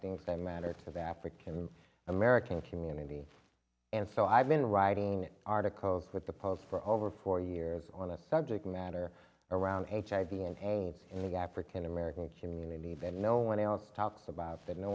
things that matter to the african american community and so i've been writing articles with the post for over four years on the subject matter around hiv and aids in the african american community event no one else talks about that no